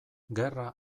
gerra